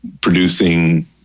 producing